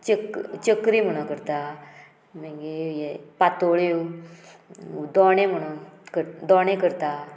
चक चकरी म्हणून करता मागीर हे पातोळ्यो दोणे म्हणून कर दोणे करता